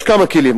יש כמה כלים.